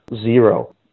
zero